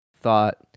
thought